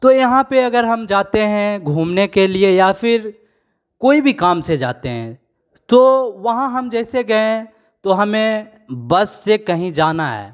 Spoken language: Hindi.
तो यहाँ पे अगर हम जाते हैं घूमने के लिए या फिर कोई भी काम से जाते हैं तो वहाँ हम जैसे गएँ तो हमें बस से कहीं जाना है